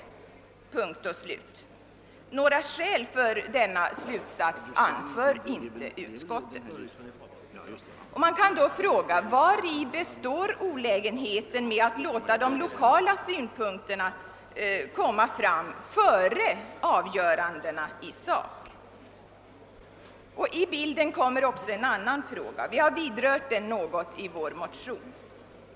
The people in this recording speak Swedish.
Punkt och slut. Några skäl för denna sin slutsats anför inte utskottet. Man kan fråga vari olägenheten med att låta de lokala synpunkterna få komma till tals före avgörandena i sak består. I detta sammanhang uppkommer även en annan fråga, som vi något berört i vår motion.